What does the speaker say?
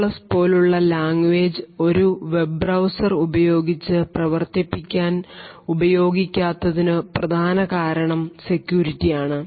CC പോലുള്ള language ഒരു webbrowser ഉപയോഗിച്ച് പ്രവർത്തിപ്പിക്കാൻ ഉപയോഗിക്കാത്തതിനു പ്രധാന കാരണം സെക്യൂരിറ്റി ആണ്